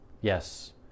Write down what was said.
yes